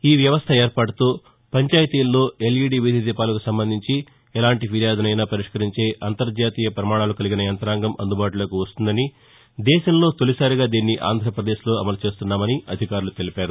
ఈ వ్యవస్థ ఏర్పాటుతో పంచాయతీల్లో ఎల్ఈడీ వీధి దీపాలకు సంబంధించి ఎలాంటి ఫిర్యాదునైనా పరిష్కరించే అంతర్జాతీయ ప్రమాణాలు కలిగిన యంగ్రాంగం అందుబాటులోకి వస్తుందని దేశంలో తొలిసారిగా దీన్ని ఆంధ్రాపదేశ్ లో అమలు చేస్తున్నామని అధికారులు తెలిపారు